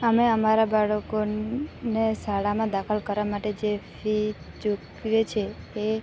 અમે અમારા બાળકોને શાળામાં દાખલ કરવા માટે જે ફી ચૂકવે છે એ